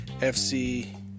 FC